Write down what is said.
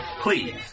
Please